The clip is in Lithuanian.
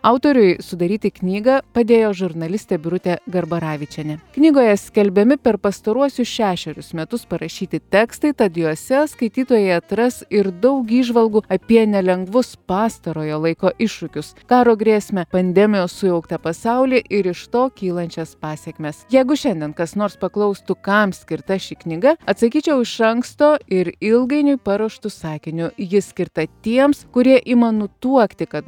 autoriui sudaryti knygą padėjo žurnalistė birutė garbaravičienė knygoje skelbiami per pastaruosius šešerius metus parašyti tekstai tad juose skaitytojai atras ir daug įžvalgų apie nelengvus pastarojo laiko iššūkius karo grėsmę pandemijos sujauktą pasaulį ir iš to kylančias pasekmes jeigu šiandien kas nors paklaustų kam skirta ši knyga atsakyčiau iš anksto ir ilgainiui paruoštu sakiniu ji skirta tiems kurie ima nutuokti kad